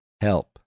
help